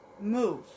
move